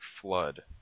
flood